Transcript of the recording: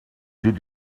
did